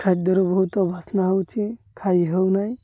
ଖାଦ୍ୟର ବହୁତ ବାସ୍ନା ହେଉଛି ଖାଇ ହେଉନାହିଁ